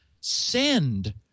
send